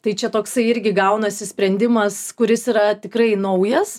tai čia toksai irgi gaunasi sprendimas kuris yra tikrai naujas